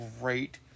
great